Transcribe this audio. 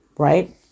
Right